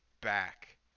back